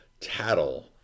tattle